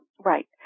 Right